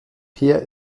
peer